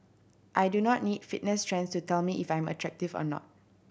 I do not need fitness trends to tell me if I am attractive or not